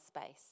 space